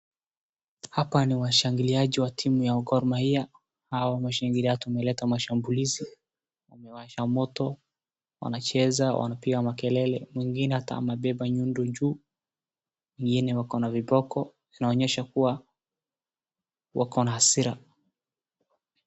Hapa ni washangiliaji wa timu ya Gor Mahia, hao washangiliaji wameleta mashambulizi. Wamewasha moto, wanacheza, wanapiga makelele, mwingine ata anabeba nyundo juu, wengine wako na viboko inaonyesha kuwa wako na hasira.